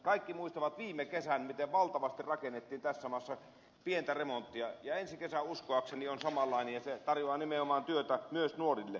kaikki muistavat viime kesän miten valtavasti rakennettiin tässä maassa pientä remonttia ja ensi kesä uskoakseni on samanlainen ja se tarjoaa nimenomaan työtä myös nuorille